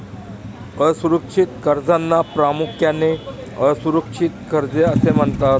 असुरक्षित कर्जांना प्रामुख्याने असुरक्षित कर्जे असे म्हणतात